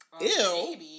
Ew